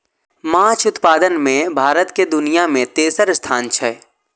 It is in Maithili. माछ उत्पादन मे भारत के दुनिया मे तेसर स्थान छै